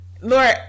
Lord